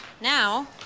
Now